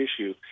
issue